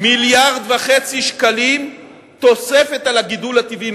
מיליארד וחצי שקלים תוספת על הגידול הטבעי,